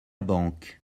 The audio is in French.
banque